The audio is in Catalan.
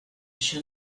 això